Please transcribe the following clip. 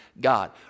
God